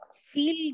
feel